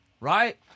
Right